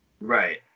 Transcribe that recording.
Right